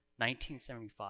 1975